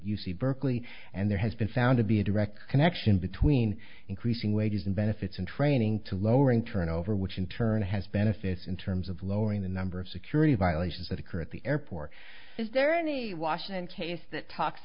c berkeley and there has been found to be a direct connection between increasing wages and benefits and training to lowering turnover which in turn has benefits in terms of lowering the number of security violations that occur at the airport is there in the washington case that talks